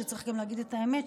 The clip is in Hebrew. שצריך גם להגיד את האמת,